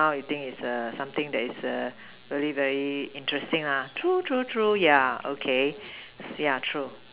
now I think is err something that is err very very interesting lah true true true yeah okay yeah true